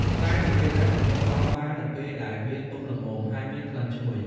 ផ្លែទុរេនអាចប្រមូលផលបាននៅពេលដែលវា ទុំល្មម ហើយមានក្លិនឈ្ងុយ។